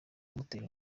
kumutera